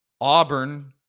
auburn